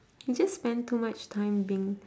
he just spend too much time being